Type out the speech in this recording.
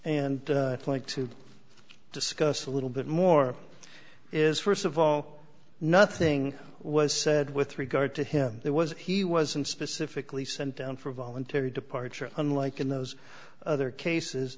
and like to discuss a little bit more is st of all nothing was said with regard to him there was he wasn't specifically sent down for voluntary departure unlike in those other cases